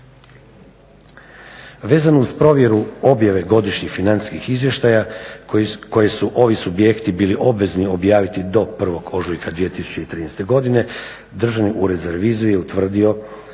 Vezano uz provjeru objave godišnjih financijskih izvještaja koji su ovi subjekti bili obvezni objaviti do 1.ožujka 2013.godine Državni ured za reviziju je utvrdio